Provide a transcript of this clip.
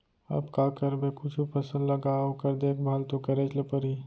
अब का करबे कुछु फसल लगा ओकर देखभाल तो करेच ल परही